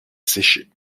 sécher